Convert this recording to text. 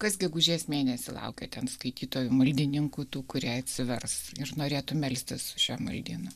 kas gegužės mėnesį laukia ten skaitytojų maldininkų tų kurie atsivers ir norėtų melstis šiuo maldynu